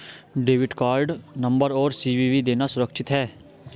Debit card number और CVV देना सुरक्षित है?